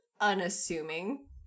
unassuming